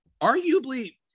arguably